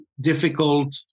difficult